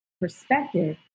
perspective